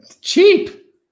Cheap